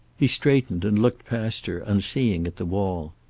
he straightened, and looked past her, unseeing, at the wall.